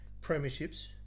Premierships